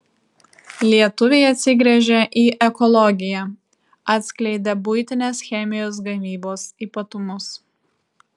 lietuviai atsigręžia į ekologiją atskleidė buitinės chemijos gamybos ypatumus